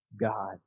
God